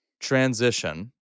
transition